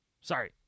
Sorry